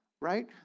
Right